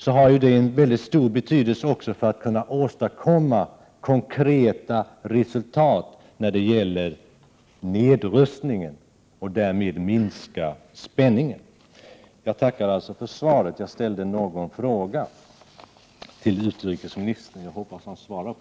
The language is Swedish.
Det kan då ha väldigt stor betydelse för att åstadkomma konkreta resultat när det gäller nedrustningen och därmed minskningen av spänningen i världen. Jag tackar än en gång för svaret. Jag ställde en fråga till utrikesministern som jag hoppas att han kan svara på.